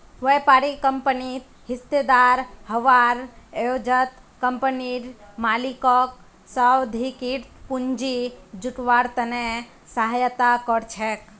व्यापारी कंपनित हिस्सेदार हबार एवजत कंपनीर मालिकक स्वाधिकृत पूंजी जुटव्वार त न सहायता कर छेक